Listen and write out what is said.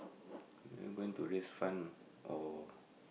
are you going to raise fund or